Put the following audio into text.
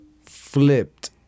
flipped